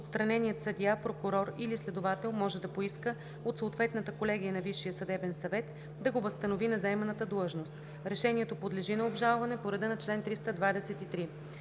отстраненият съдия, прокурор или следовател може да поиска от съответната колегия на Висшия съдебен съвет да го възстанови на заеманата длъжност. Решението подлежи на обжалване по реда на чл. 323.